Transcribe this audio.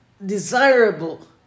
Desirable